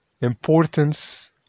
importance